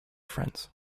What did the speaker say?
friends